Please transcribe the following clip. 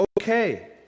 okay